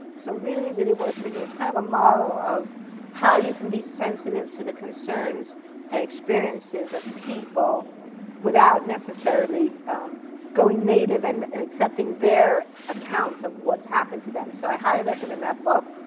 so really, really worth reading. it's kind of a model of how you can be sensitive to the concerns and experiences of people without necessarily going native and accepting their accounts of what's happened to them. so i highly recommend that book.